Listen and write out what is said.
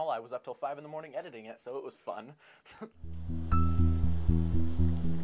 all i was up to five in the morning editing it so it was fun